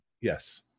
yes